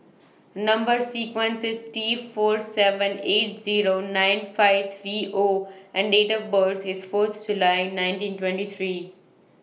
Number sequence IS T four seven eight Zero nine five three O and Date of birth IS Fourth July nineteen twenty three